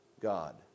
God